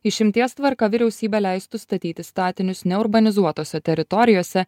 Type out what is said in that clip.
išimties tvarka vyriausybė leistų statyti statinius neurbanizuotose teritorijose